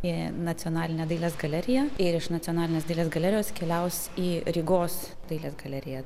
į nacionalinę dailės galeriją ir iš nacionalinės dailės galerijos keliaus į rygos dailės galeriją